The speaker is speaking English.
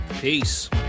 Peace